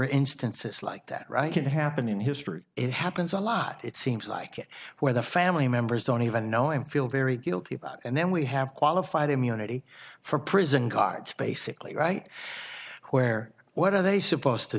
instances like that can happen in history it happens a lot it seems like it where the family members don't even know him feel very guilty and then we have qualified immunity for prison guards basically right where what are they supposed to